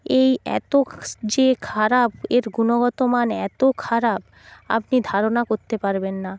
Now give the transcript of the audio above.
এই এত যে খারাপ এর গুণগত মান এত খারাপ আপনি ধারণাও করতে পারবেন না